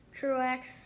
Truex